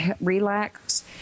Relax